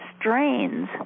strains